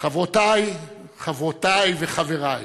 חברותי וחברי